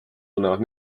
tunnevad